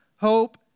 hope